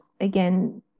again